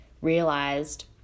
realized